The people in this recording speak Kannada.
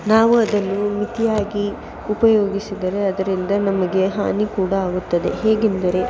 ನಾವು ಅದನ್ನು ಮಿತಿಯಾಗಿ ಉಪಯೋಗಿಸಿದರೆ ಅದರಿಂದ ನಮಗೆ ಹಾನಿ ಕೂಡ ಆಗುತ್ತದೆ ಹೇಗೆಂದರೆ